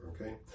Okay